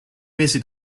mesi